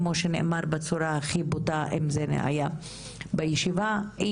כמו שנאמר בצורה הכי בוטה על ידי עדנה פה בישיבה הוא